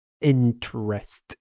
interest